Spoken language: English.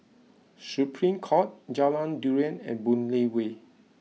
Supreme Court Jalan Durian and Boon Lay Way